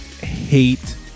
hate